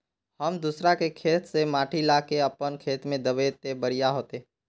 हम दूसरा के खेत से माटी ला के अपन खेत में दबे ते बढ़िया होते?